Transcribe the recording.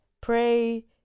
pray